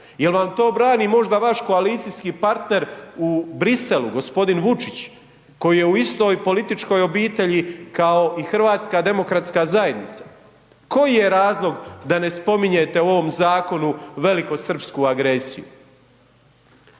Jel vam to brani možda vaš koalicijski partner u Briselu, g. Vučić koji je u istoj političkoj obitelji kao i HDZ? Koji je razlog da ne spominjete u ovom zakonu velikosrpsku agresiju?